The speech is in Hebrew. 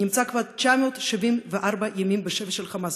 שנמצא כבר 974 ימים בשבי של "חמאס",